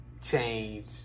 change